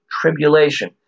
Tribulation